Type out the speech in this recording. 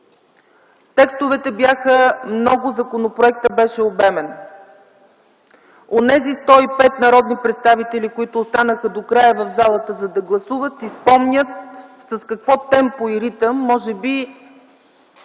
Текстовете бяха много. Законопроектът беше обемен. Онези 105 народни представители, които останаха до края в залата, за да гласуват, си спомнят темпото и ритъма на работа.